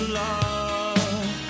love